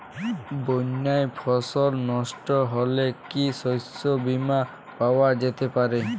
বন্যায় ফসল নস্ট হলে কি শস্য বীমা পাওয়া যেতে পারে?